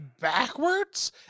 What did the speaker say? backwards